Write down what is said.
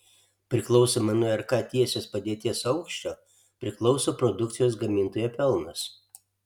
priklausomai nuo rk tiesės padėties aukščio priklauso produkcijos gamintojo pelnas